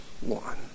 one